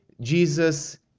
Jesus